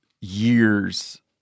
years